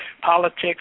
politics